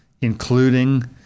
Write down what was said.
including